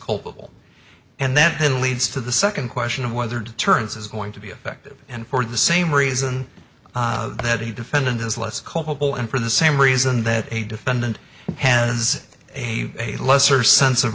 culpable and that then leads to the second question of whether deterrence is going to be effective and for the same reason that the defendant is less culpable and for the same reason that a defendant has a a lesser sense of